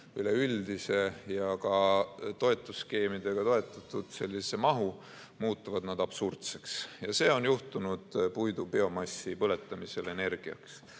üleüldise ja toetusskeemidega toetatud mahu, muutuvad nad absurdseks. See on juhtunud puidu biomassi põletamisel energia